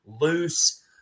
loose